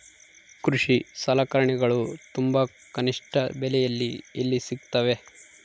ಕೃಷಿ ಸಲಕರಣಿಗಳು ತುಂಬಾ ಕನಿಷ್ಠ ಬೆಲೆಯಲ್ಲಿ ಎಲ್ಲಿ ಸಿಗುತ್ತವೆ?